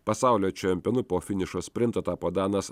pasaulio čempionu po finišo sprinto tapo danas